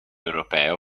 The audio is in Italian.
europeo